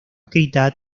escrita